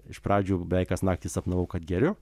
iš pradžių beveik kas naktį sapnavau kad geriu